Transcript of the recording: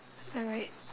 alright